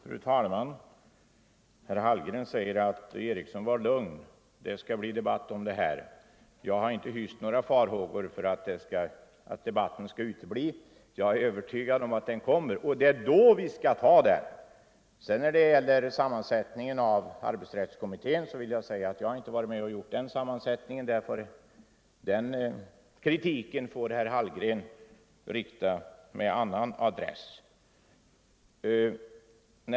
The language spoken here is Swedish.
Fru talman! Herr Hallgren säger att jag kan vara lugn för att det kommer att bli debatt i den här frågan när arbetsrättskommittén framlägger sitt förslag. Jag har inte hyst några farhågor för att debatten skall utebli. Jag är övertygad om att den kommer och det är då, inte nu, som vi skall ta den. Jag har inte varit med om att bestämma arbetsrättskommitténs sammansättning. Den kritiken bör herr Hallgren rikta med en annan adress.